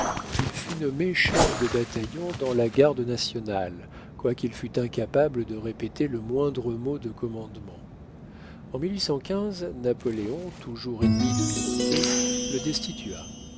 il fut nommé chef de bataillon dans la garde nationale quoiqu'il fût incapable de répéter le moindre mot de commandement en napoléon toujours ennemi de birotteau le destitua